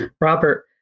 Robert